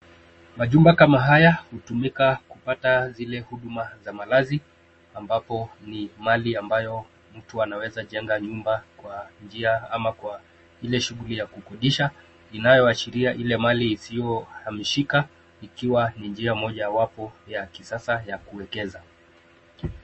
Machumba kama haya, hutumika kupata zile huduma za malazi ambapo ni mali ambayo mtu anaweza jenga nyumba kwa njia au kwa ile shughuli ya kukodisha inayoashiria ile mali isiyohamishika ikiwa ni njia mojawapo ya kisasa ya kuekeza.